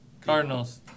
Cardinals